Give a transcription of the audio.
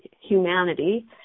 humanity